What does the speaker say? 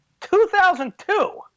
2002